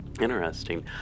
Interesting